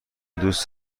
دوست